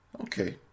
Okay